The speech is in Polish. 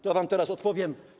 To wam teraz odpowiem.